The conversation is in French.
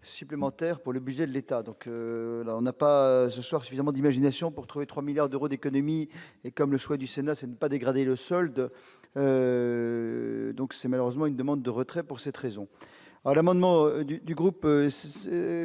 supplémentaires pour le budget de l'État, donc on n'a pas ce soir, suffisamment d'imagination pour trouver 3 milliards d'euros d'économies et comme le choix du Sénat, c'est ne pas dégrader le solde donc c'est malheureusement une demande de retrait pour cette raison. L'amendement du groupe